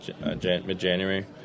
mid-January